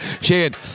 Shane